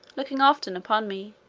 looking often upon me.